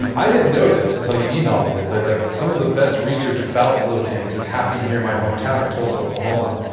and i didn't know this until you emailed me that, but like some of the best research about float tanks has happened here in my hometown of tulsa, oklahoma.